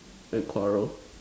can quarrel